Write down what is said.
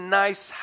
nice